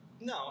No